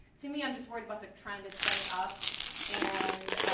to me i'm just worried about the trend it's setting up and